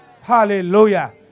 Hallelujah